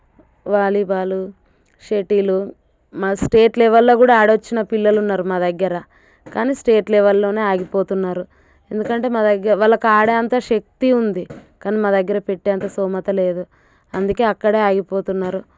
volleyball shuttle మా state లెవెల్లో కూడా ఆడి వచ్చిన పిల్లలు ఉన్నారు మా దగ్గర కానీ స్టేట్ లెవెల్లోనే ఆగిపోతున్నారు ఎందుకంటే మా దగ్గర వాళ్ళకి ఆడే అంత శక్తి ఉంది కానీ మా దగ్గర పెట్టేంత స్థోమత లేదు అందుకే అక్కడే ఆగిపోతున్నారు